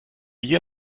wie